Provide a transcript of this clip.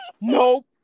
Nope